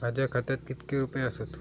माझ्या खात्यात कितके रुपये आसत?